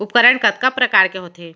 उपकरण कतका प्रकार के होथे?